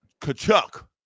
Kachuk